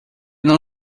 não